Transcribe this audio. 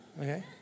Okay